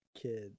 kid